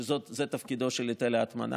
שזה תפקידו של היטל ההטמנה.